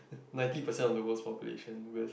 ninety percent of the world's population will